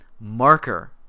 marker